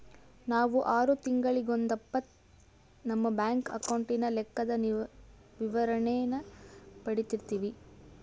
ನಾವು ಆರು ತಿಂಗಳಿಗೊಂದಪ್ಪ ನಮ್ಮ ಬ್ಯಾಂಕ್ ಅಕೌಂಟಿನ ಲೆಕ್ಕದ ವಿವರಣೇನ ಪಡೀತಿರ್ತೀವಿ